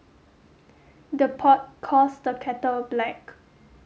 the pot calls the kettle black